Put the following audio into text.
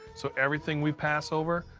so everything we pass over,